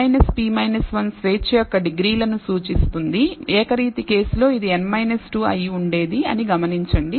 కాబట్టి n p 1 స్వేచ్ఛ యొక్క డిగ్రీలను సూచిస్తుందిఏకరీతి కేసులో ఇది n 2 అయి ఉండేది అని గమనించండి